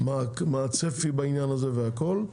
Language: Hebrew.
מה הצפי בעניין הזה והכול.